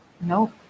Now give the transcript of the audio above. Nope